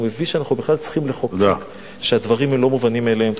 מביש שאנחנו בכלל צריכים לחוק ושהדברים הם לא מובנים מאליהם.